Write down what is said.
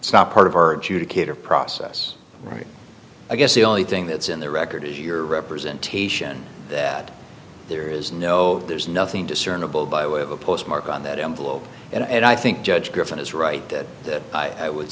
not part of urge you to cater process right i guess the only thing that's in the record is your representation that there is no there's nothing discernible by way of a postmark on that envelope and i think judge griffin is right that that i would